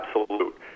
absolute